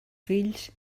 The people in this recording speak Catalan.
fills